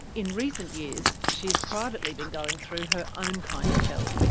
in recent years, she has privately been going through her own kind of hell.